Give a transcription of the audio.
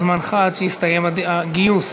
זמנך, עד שיסתיים הגיוס.